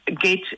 get